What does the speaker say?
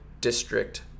District